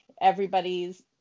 everybody's